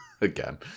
Again